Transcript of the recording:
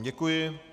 Děkuji.